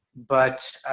but